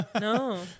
No